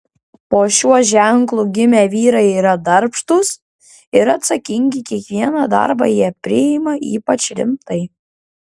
po šiuo ženklu gimę vyrai yra darbštūs ir atsakingi kiekvieną darbą jie priima ypač rimtai